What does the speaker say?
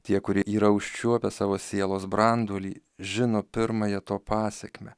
tie kurie yra užčiuopę savo sielos branduolį žino pirmąją to pasekmę